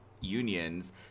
unions